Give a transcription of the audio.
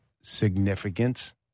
significance